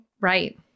Right